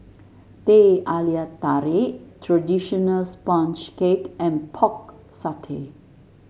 Teh Halia Tarik traditional sponge cake and Pork Satay